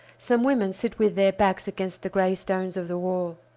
some women sit with their backs against the gray stones of the wall.